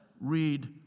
read